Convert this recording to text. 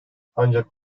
ancak